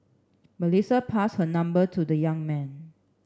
Melissa pass her number to the young man